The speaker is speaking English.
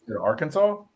Arkansas